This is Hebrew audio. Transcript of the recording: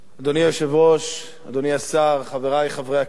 אדוני היושב-ראש, אדוני השר, חברי חברי הכנסת,